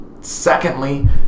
Secondly